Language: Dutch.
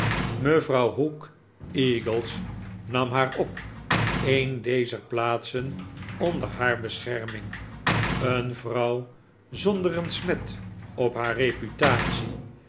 mevrouw hook eagles nam haar op een dezer plaatsen onder haar bescherming een vrouw zonder een smet op haar reputatie